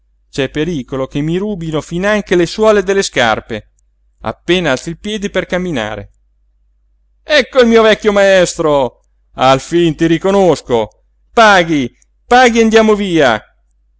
c'è pericolo mi rúbino finanche le suole delle scarpe appena alzo il piede per camminare ecco il mio vecchio maestro alfin ti riconosco paghi paghi e andiamo via